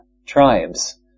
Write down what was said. Tribes